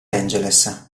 angeles